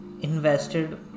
invested